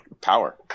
power